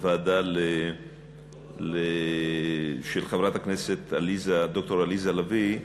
של חברת הכנסת ד"ר עליזה לביא,